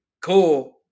cool